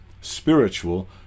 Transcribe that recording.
spiritual